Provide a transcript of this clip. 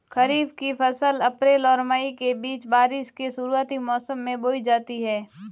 खरीफ़ की फ़सल अप्रैल और मई के बीच, बारिश के शुरुआती मौसम में बोई जाती हैं